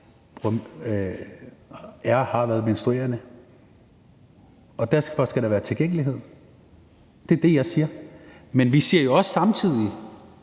og har været menstruerende, og at der derfor skal være tilgængelighed. Det er det, jeg siger. Men vi siger jo også samtidig